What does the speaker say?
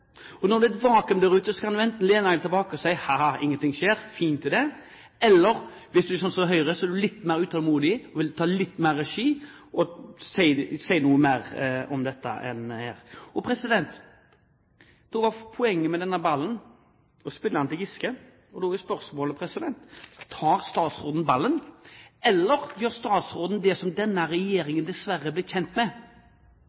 og når det er et vakuum der ute, kan man enten lene seg tilbake og si: Ha, ha, ingen ting skjer, det er fint. Eller, hvis man er slik som Høyre, er man litt mer utålmodig og vil ta litt mer regi og si noe mer om dette. Da er poenget med denne ballen å spille den til Giske, og så er spørsmålet: Tar statsråden ballen? Eller gjør statsråden det som denne